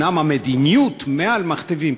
אומנם את המדיניות מעל מכתיבים.